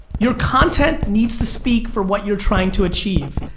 your content needs to speak for what you're trying to achieve.